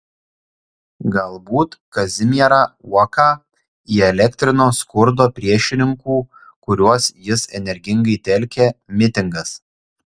galbūt kazimierą uoką įelektrino skurdo priešininkų kuriuos jis energingai telkė mitingas